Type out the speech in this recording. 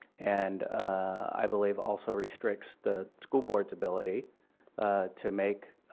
and i believe also restricts the school board's ability to make